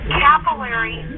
capillary